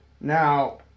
Now